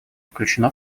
включено